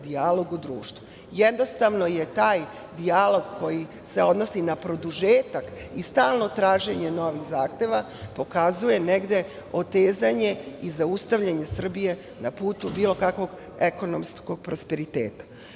dijalog u društvu. Jednostavno taj dijalog, koji se odnosi na produžetak i stalno traženje novih zahteva, pokazuje negde otezanje i zaustavljanje Srbije na putu bilo kakvog ekonomskog prosperiteta.Zašto